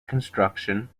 construction